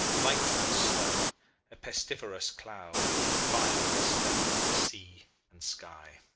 light and slow a pestiferous cloud defiling the splendour of sea and sky.